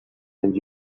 and